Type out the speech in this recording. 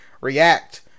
react